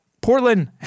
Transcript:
Portland